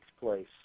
place